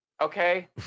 Okay